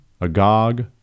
Agog